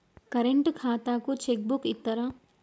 Current ఖాతాకు cheque book ఇత్తరా?